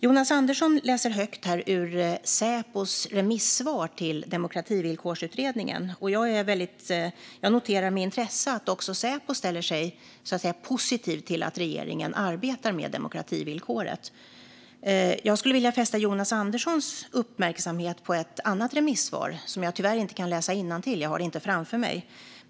Jonas Andersson läser högt ur Säpos remissvar till Demokrativillkorsutredningen. Jag noterar med intresse att också Säpo ställer sig positivt till att regeringen arbetar med demokrativillkoret. Jag skulle vilja fästa Jonas Anderssons uppmärksamhet på ett annat remissvar, som jag tyvärr inte kan läsa innantill från; jag har det inte framför mig.